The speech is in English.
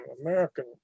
American